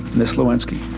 miss lewinsky.